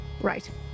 Right